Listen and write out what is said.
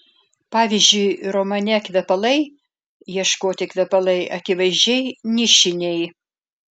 pavyzdžiui romane kvepalai ieškoti kvepalai akivaizdžiai nišiniai